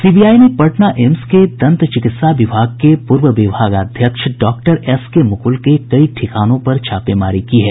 CBI ने Patna AIIMS के दंत चिकित्सा विभाग के पूर्व विभागाध्यक्ष डॉक्टर एस के मुकुल के कई ठिकानों पर छापेमारी की है